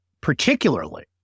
particularly